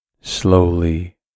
slowly